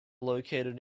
located